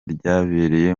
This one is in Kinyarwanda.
ryabereye